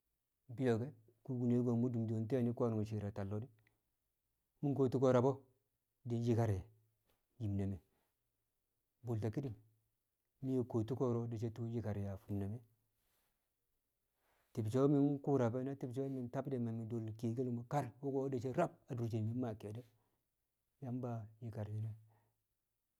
Bi̱yo̱ ke̱ kubine ko mu̱ dṵm sho ko̱no̱ shi̱i̱ a tallo̱ di̱, mṵ kuwo tuko rabo̱ di̱ nyi̱kar ye̱ a nyim ne̱ me̱ bṵlto̱ ki̱ni̱ng nyi̱ tṵu̱ ko̱ro̱ di̱ nyi̱kar yē a fi̱m ne me. Tibshe̱ me kuura bu e̱ na ti̱bshe̱ mi̱ tab de ma mi̱ do̱l kiyekel kar wṵko̱ di̱ shi̱ rab ko̱dṵ adure mmaa ke̱e̱di̱ de̱, Yamba nyikar nyi̱ne̱.